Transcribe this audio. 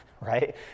right